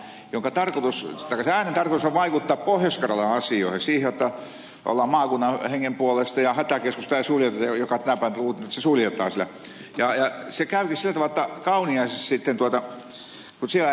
sen äänen tarkoitus on vaikuttaa pohjois karjalan asioihin siihen jotta ollaan maakunnan hengen puolesta ja hätäkeskusta ei suljeta tämän päivän uutisissa oli että se suljetaan siellä